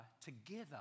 together